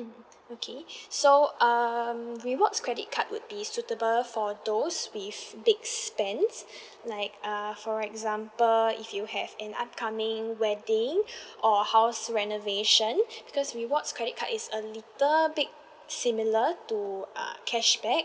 mm okay so um rewards credit card would be suitable for those with big spends like err for example if you have an upcoming wedding or house renovation because rewards credit card is a little bit similar to uh cashback